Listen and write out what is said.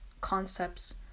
concepts